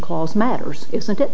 calls matters isn't it